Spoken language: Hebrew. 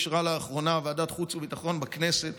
אישרה לאחרונה ועדת החוץ והביטחון בכנסת